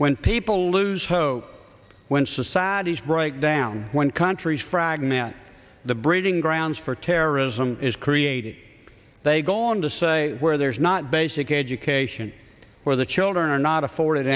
when people lose hope when societies break down when countries fragment the breeding grounds for terrorism is created they go on to say where there's not basic education where the children are not afford